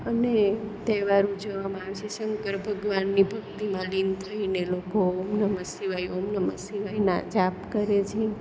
અને તહેવાર ઉજવવામાં આવે છે શંકર ભગવાનની ભક્તિમાં લીન થઈને લોકો ઓમ નમઃ શિવાય ઓમ નમઃ શિવાય ના જાપ કરે છે